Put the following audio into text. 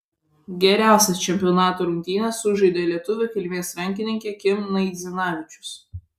geriausias čempionato rungtynes sužaidė lietuvių kilmės rankininkė kim naidzinavičius